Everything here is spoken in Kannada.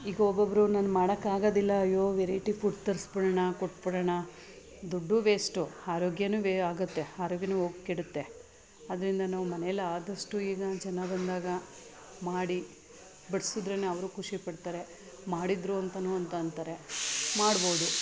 ಈಗ ಒಬ್ಬೊಬ್ಬರು ನಾನು ಮಾಡೋಕ್ಕಾಗೋದಿಲ್ಲ ಅಯ್ಯೋ ವೆರೈಟಿ ಫುಡ್ ತರ್ಸ್ಬಿಡೋಣ ಕೊಟ್ಬಿಡೋಣ ದುಡ್ಡೂ ವೇಸ್ಟು ಆರೋಗ್ಯನೂ ವೇ ಆಗುತ್ತೆ ಆರೋಗ್ಯವೂ ಹೋಗಿ ಕೆಡುತ್ತೆ ಆದ್ದರಿಂದ ನಾವು ಮನೇಲಿ ಆದಷ್ಟು ಈಗ ಜನ ಬಂದಾಗ ಮಾಡಿ ಬಡ್ಸಿದ್ರೆನೇ ಅವರೂ ಖುಷಿಪಡ್ತಾರೆ ಮಾಡಿದರು ಅಂತಲೂ ಅಂತ ಅಂತಾರೆ ಮಾಡ್ಬೋದು